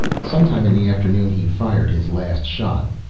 sometime in the afternoon he fired his last shot.